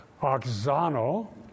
Oxano